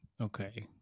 Okay